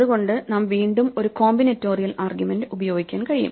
അതുകൊണ്ട് നാം വീണ്ടും ഒരു കോമ്പിനേറ്റോറിയൽ ആർഗ്യുമെന്റ് ഉപയോഗിക്കാൻ കഴിയും